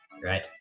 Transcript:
right